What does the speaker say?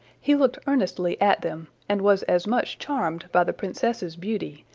he looked earnestly at them, and was as much charmed by the princess's beauty,